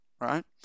right